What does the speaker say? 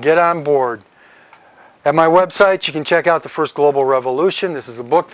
get on board and my website you can check out the first global revolution this is a book